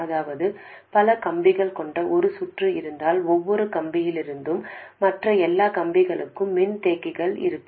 அதாவது பல கம்பிகள் கொண்ட ஒரு சுற்று இருந்தால் ஒவ்வொரு கம்பியிலிருந்தும் மற்ற எல்லா கம்பிகளுக்கும் மின்தேக்கிகள் இருக்கும்